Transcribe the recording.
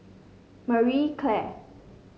Marie Claire